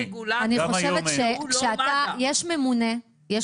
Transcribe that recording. בחוק שלי יש ממונה, יש